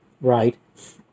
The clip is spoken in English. right